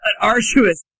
arduous